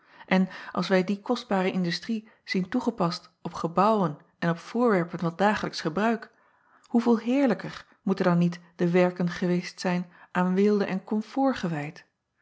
en als wij die kostbare industrie zien toegepast op gebouwen en op voorwerpen van dagelijksch gebruik hoeveel heerlijker moeten dan niet de werken geweest zijn aan weelde en comfort gewijd